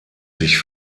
sich